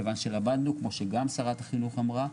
מכיוון שלמדנו כמו שגם שרת החינוך אמרה,